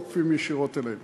לא כפופים ישירות אלינו,